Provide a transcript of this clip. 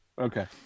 Okay